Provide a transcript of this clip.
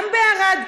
וגם בערד.